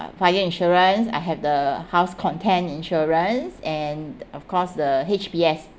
fire insurance I have the house content insurance and of course the H_P_S